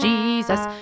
Jesus